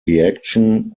reaction